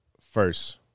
First